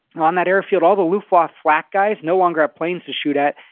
on that airfield all the luftwaffe flack guys no longer have planes to shoot at,